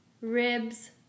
ribs